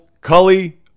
Cully